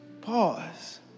Pause